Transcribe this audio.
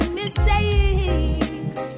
mistakes